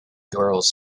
girls